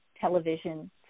television